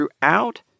throughout